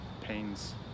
pains